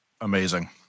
Amazing